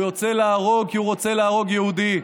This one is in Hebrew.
הוא רוצה להרוג כי הוא רוצה להרוג יהודי,